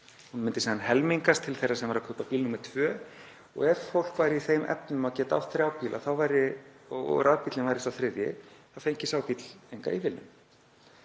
og myndi síðan helmingast til þeirra sem væru að kaupa bíl númer tvö, og ef fólk væri í þeim efnum að geta átt þrjá bíla og rafbíllinn væri sá þriðji þá fengi sá bíll enga ívilnun.